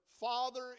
Father